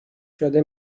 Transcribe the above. شده